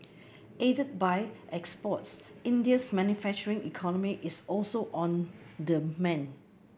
aided by exports India's manufacturing economy is also on the mend